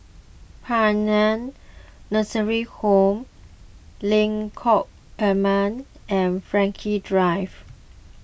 Paean Nursing Home Lengkok Enam and Frankel Drive